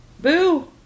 Boo